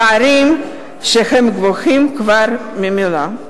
פערים שהם גבוהים כבר ממילא.